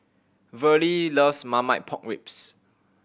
Verle loves Marmite Pork Ribs